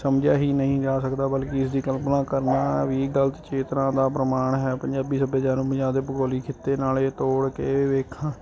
ਸਮਝਿਆ ਹੀ ਨਹੀਂ ਜਾ ਸਕਦਾ ਬਲਕਿ ਇਸ ਦੀ ਕਲਪਨਾ ਕਰਨਾ ਵੀ ਗਲਤ ਚੇਤਨਾ ਦਾ ਪ੍ਰਮਾਣ ਹੈ ਪੰਜਾਬੀ ਸੱਭਿਆਚਾਰ ਨੂੰ ਅਤੇ ਭੂਗੋਲਿਕ ਖਿਤੇ ਨਾਲ ਇਹ ਤੋੜ ਕੇ ਵੇਖਣ